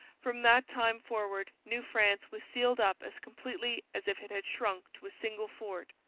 from that time forward new france was sealed up as completely as if it had shrunk to a single fort.